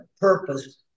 Purpose